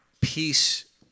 peace